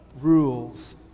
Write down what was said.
rules